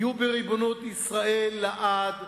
יהיו בריבונות ישראל לעד,